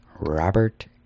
Robert